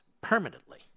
permanently